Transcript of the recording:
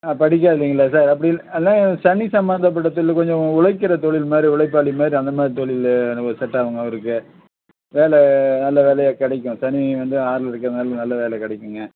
ஆ படிக்கவே இல்லைங்களா சார் அப்படி இல் இல்லை சனி சம்பந்தப்பட்ட தொழில் கொஞ்சம் உழைக்கிற தொழில் மாதிரி உழைப்பாளி மாதிரி அந்த மாதிரி தொழிலு அந்த மாதிரி செட்டு ஆகும் அவருக்கு வேலை நல்ல வேலையா கிடைக்கும் சனி வந்து ஆறில் இருக்கிறனால நல்ல வேலை கிடைக்குங்க